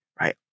Right